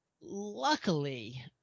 luckily